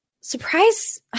surprise